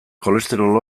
kolesterol